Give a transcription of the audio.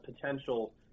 potential